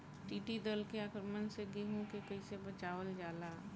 टिडी दल के आक्रमण से गेहूँ के कइसे बचावल जाला?